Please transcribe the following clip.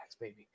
baby